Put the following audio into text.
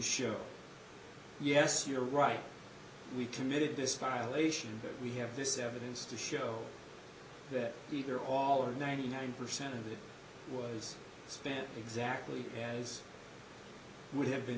show yes you're right we committed to stylization that we have this evidence to show that either all or ninety nine percent of it was spent exactly as it would have been